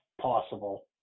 possible